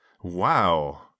Wow